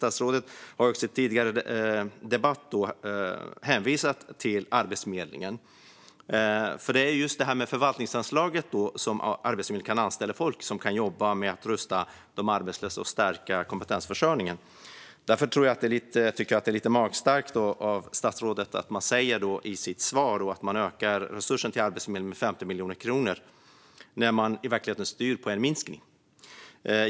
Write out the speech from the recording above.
Statsrådet har också i en tidigare debatt hänvisat till Arbetsförmedlingen. Det är just med förvaltningsanslaget som Arbetsförmedlingen kan anställa folk som kan jobba med att rusta de arbetslösa och stärka kompetensförsörjningen. Därför tycker jag att det är lite magstarkt av statsrådet att säga att man ökar resurserna till Arbetsförmedlingen med 50 miljoner kronor när man i verkligheten styr på en minskning.